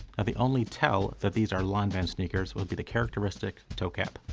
the only tell that these are lanvin sneakers would be the characteristic toe cap.